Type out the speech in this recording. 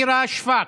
נירה שפק.